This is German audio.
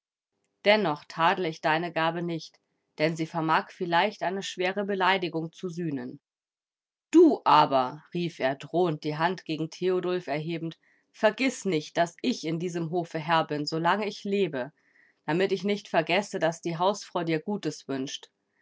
dennoch tadle ich deine gabe nicht denn sie vermag vielleicht eine schwere beleidigung zu sühnen du aber rief er drohend die hand gegen theodulf erhebend vergiß nicht daß ich in diesem hofe herr bin solange ich lebe damit ich nicht vergesse daß die hausfrau dir gutes wünscht